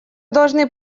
должны